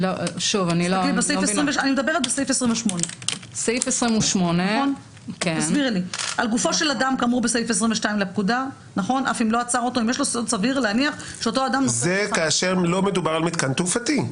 אני מדברת בסעיף 28. זה כאשר לא מדובר במתקן תעופתי.